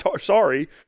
sorry